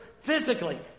Physically